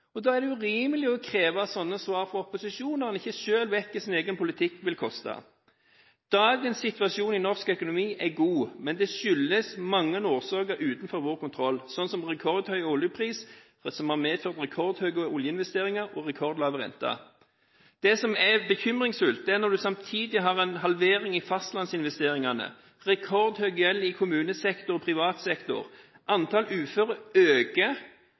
Da er det urimelig å kreve slike svar fra opposisjonen – når en ikke selv vet hva ens egen politikk vil koste. Dagens situasjon i norsk økonomi er god, men det skyldes mange årsaker utenfor vår kontroll, slik som en rekordhøy oljepris som har medført rekordhøye oljeinvesteringer og rekordlave renter. Det som er bekymringsfullt, er at man samtidig har en halvering i fastlandsinvesteringene og rekordhøy gjeld i kommunesektor og privat sektor, at antall uføre øker,